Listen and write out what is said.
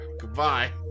Goodbye